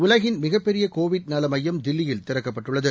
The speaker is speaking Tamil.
உலகின் மிகப்பெரிய கோவிட் நல மையம் தில்லியில் திறக்கப்பட்டுள்ளது